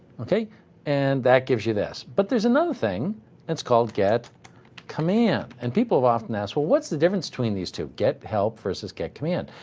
and that gives you this. but there's another thing, and it's called get command. and people have often asked, well, what's the difference between these two? get help versus get command.